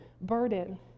burden